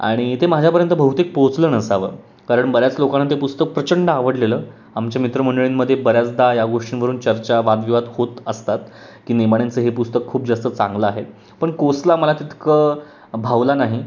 आणि ते माझ्यापर्यंत बहुतेक पोचलं नसावं कारण बऱ्याच लोकांना ते पुस्तक प्रचंड आवडलेलं आमच्या मित्रमंडळींमध्ये बऱ्याचदा या गोष्टींवरून चर्चा वादविवाद होत असतात की नेमाड्यांचं हे पुस्तक खूप जास्त चांगलं आहे पण कोसला मला तितकं भावलं नाही